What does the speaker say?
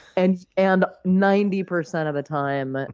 and and ninety percent of the time,